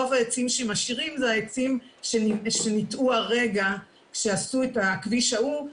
רוב העצים שמשאירים זה העצים שניטעו הרגע כשעשו את הכביש ההוא.